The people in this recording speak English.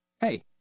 Hey